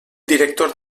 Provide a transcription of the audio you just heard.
director